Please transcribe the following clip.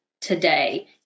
today